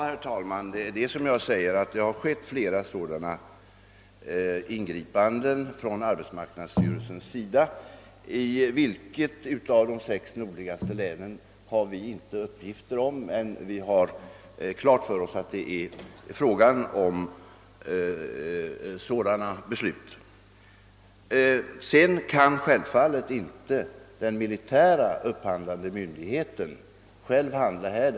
Herr talman! Det är som jag säger. Flera sådana ingripanden har gjorts av arbetsmarknadsstyrelsen, även om vi inte har uppgifter om i vilket av de sex nordligaste länen det har förekommit. Men självfallet kan inte den militära upphandlande myndigheten handla på egen hand här.